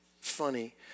funny